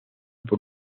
por